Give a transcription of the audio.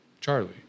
charlie